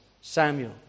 Samuel